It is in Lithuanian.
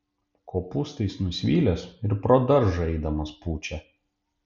kopūstais nusvilęs ir pro daržą eidamas pučia